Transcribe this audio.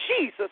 Jesus